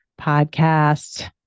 podcast